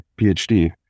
PhD